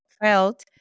felt